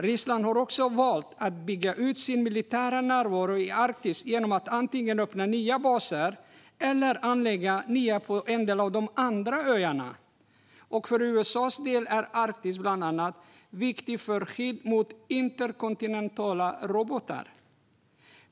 Ryssland har också valt att bygga ut sin militära närvaro i Arktis genom att antingen öppna nya baser eller anlägga nya på en del av de andra öarna. För USA:s del är Arktis viktigt bland annat för skydd mot interkontinentala robotar.